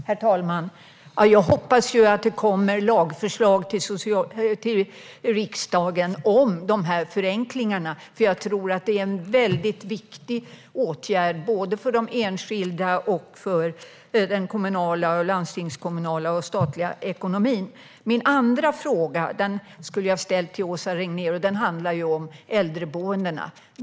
Herr talman! Jag hoppas att det kommer lagförslag till riksdagen om dessa förenklingar, för jag tror att det är en viktig åtgärd både för enskilda och för den kommunala, landstingskommunala och statliga ekonomin. Jag hade en annan fråga, som jag skulle ha ställt till Åsa Regnér, om äldreboendena.